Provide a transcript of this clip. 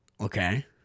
Okay